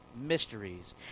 mysteries